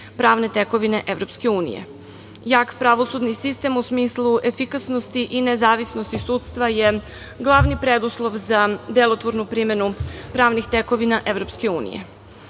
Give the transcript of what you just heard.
pravni tekovine EU.Jak pravosudni sistem u smislu efikasnosti i nezavisnosti sudstva je glavni preduslov za delotvornu primenu pravnih tekovina